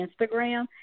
Instagram